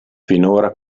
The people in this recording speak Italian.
finora